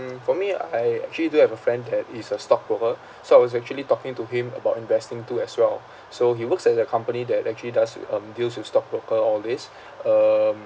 for me uh I actually do have a friend that is a stockbroker so I was actually talking to him about investing too as well so he works at the company that actually does wi~ um deals with stockbroker all these um